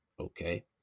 Okay